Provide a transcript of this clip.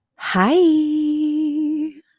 Hi